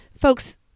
folks